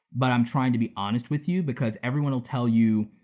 but i'm trying to be honest with you because everyone will tell you,